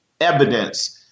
evidence